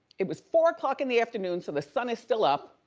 it was four o'clock in the afternoon so the sun is still up.